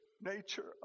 nature